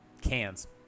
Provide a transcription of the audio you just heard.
cans